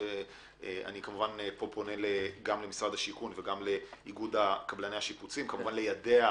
פה אני פונה גם למשרד השיכון וגם לאיגוד קבלני השיפוצים ליידע.